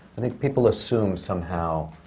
i think people assume somehow,